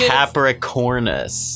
Capricornus